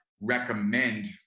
recommend